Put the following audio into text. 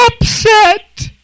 upset